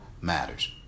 matters